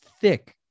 thick